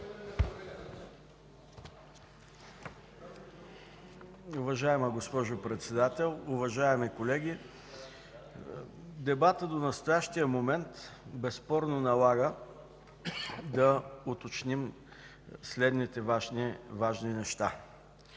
Уважаема госпожо Председател, уважаеми колеги! Дебатът до настоящия момент безспорно налага да уточним следните важни неща,